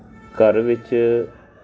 ਘਰ ਵਿੱਚ